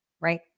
right